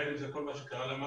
בין אם זה כול מה שקרה למטה,